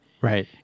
Right